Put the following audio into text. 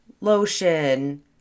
Lotion